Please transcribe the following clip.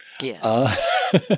Yes